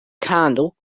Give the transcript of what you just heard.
candle